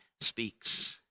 speaks